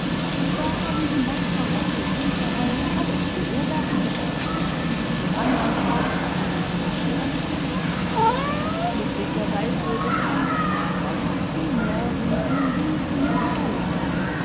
und da haben die nachbarn aus dem hinterhaus alles beobachtet und andern tags hatten wir die bescherung glüdkiicherweise bekam die k gleich am frühen morgen einen wink von dem kleinen l